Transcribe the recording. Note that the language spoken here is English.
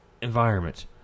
environment